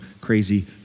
crazy